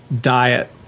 diet